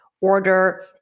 order